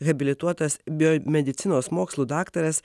habilituotas biomedicinos mokslų daktaras